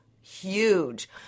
huge